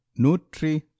Nutri